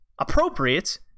appropriate